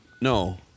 No